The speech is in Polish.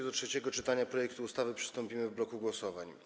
Do trzeciego czytania projektu ustawy przystąpimy w bloku głosowań.